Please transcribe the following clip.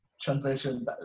Translation